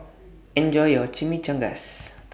Enjoy your Chimichangas